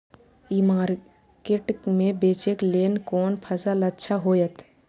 ई market में बेचेक लेल कोन फसल अच्छा होयत?